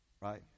right